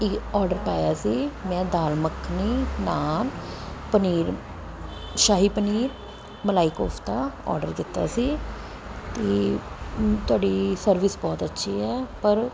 ਇਹ ਔਰਡਰ ਪਾਇਆ ਸੀ ਮੈਂ ਦਾਲ ਮਖਣੀ ਨਾਨ੍ਹ ਪਨੀਰ ਸ਼ਾਹੀ ਪਨੀਰ ਮਲਾਈ ਕੋਫਤਾ ਔਡਰ ਕੀਤਾ ਸੀ ਅਤੇ ਤੁਹਾਡੀ ਸਰਵਿਸ ਬਹੁਤ ਅੱਛੀ ਹੈ ਪਰ